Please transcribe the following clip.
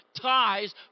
ties